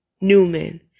Newman